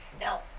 no